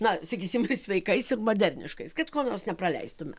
na sakysim sveikais ir moderniškais kad ko nors nepraleistume